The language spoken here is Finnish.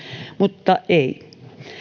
mutta ei